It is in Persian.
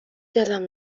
دلم